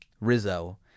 Rizzo